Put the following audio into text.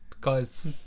guys